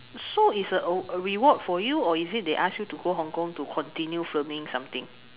so it's a reward for you or is it they ask you to go Hong-Kong to continue filming something